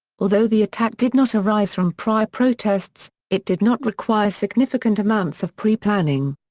although the attack did not arise from prior protests, it did not require significant amounts of preplanning.